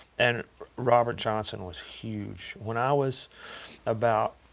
and robert johnson was huge. when i was about